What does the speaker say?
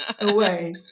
away